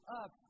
up